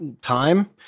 time